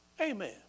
Amen